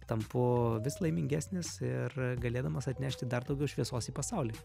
tampu vis laimingesnis ir galėdamas atnešti dar daugiau šviesos į pasaulį